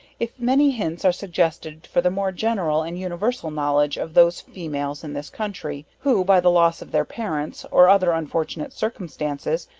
if many hints are suggested for the more general and universal knowledge of those females in this country, who by the loss of their parents, or other unfortunate circumstances,